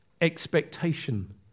expectation